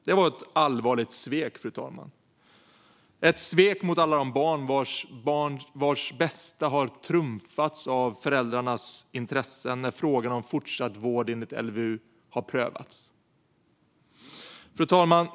Det var ett allvarligt svek, fru talman - ett svek mot alla de barn vars bästa har trumfats av föräldrarnas intressen när frågan om fortsatt vård enligt LVU har prövats. Fru talman!